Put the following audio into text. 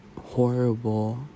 horrible